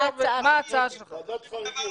אדוני.